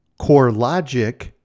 CoreLogic